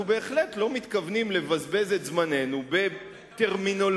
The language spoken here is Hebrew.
אנחנו בהחלט לא מתכוונים לבזבז את זמננו בטרמינולוגיות,